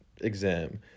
exam